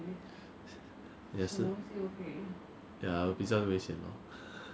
ya but you win every beginner's money and there's a lot of beginners out there then you start to earn a lot